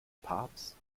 papst